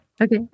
Okay